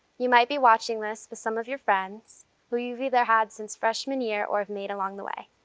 you might be watching this with some of your friends who you've either had since freshman year or have made along the way.